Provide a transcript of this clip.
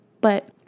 but-